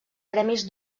premis